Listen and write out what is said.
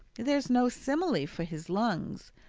there's no simile for his lungs.